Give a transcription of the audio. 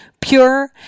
pure